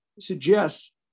suggests